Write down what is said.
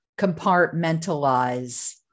compartmentalize